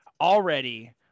already –